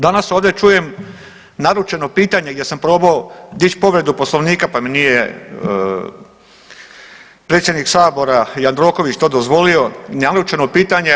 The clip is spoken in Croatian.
Danas ovdje čujem naručeno pitanje gdje sam probao dići povredu Poslovnika pa mi nije predsjednik Sabora Jandroković to dozvolio, naručeno pitanje.